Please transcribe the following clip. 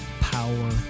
power